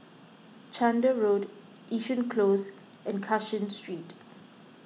Chander Road Yishun Close and Cashin Street